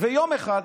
ויום אחד